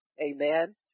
Amen